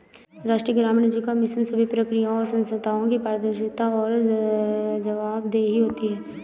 राष्ट्रीय ग्रामीण आजीविका मिशन सभी प्रक्रियाओं और संस्थानों की पारदर्शिता और जवाबदेही होती है